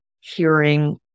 hearing